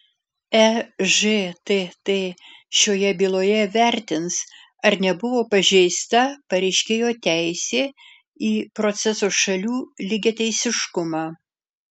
ežtt šioje byloje vertins ar nebuvo pažeista pareiškėjo teisė į proceso šalių lygiateisiškumą